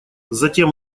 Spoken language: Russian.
затем